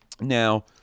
now